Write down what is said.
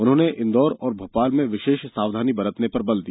उन्होंने इंदौर और भोपाल में विशेष सावधानी बरतने पर बल दिया